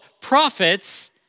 prophets